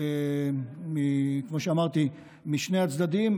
משני הצדדים,